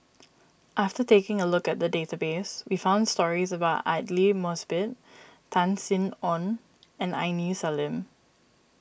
after taking a look at the database we found stories about Aidli Mosbit Tan Sin Aun and Aini Salim